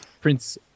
Prince